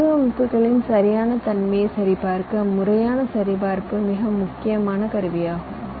வடிவமைப்புகளின் சரியான தன்மையை சரிபார்க்க முறையான சரிபார்ப்பும் மிக முக்கியமான கருவியாகும்